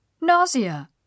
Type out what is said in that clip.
Nausea